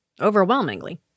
overwhelmingly